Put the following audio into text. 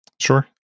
Sure